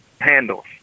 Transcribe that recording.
handles